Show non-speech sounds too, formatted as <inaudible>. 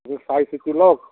<unintelligible>